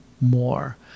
more